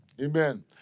Amen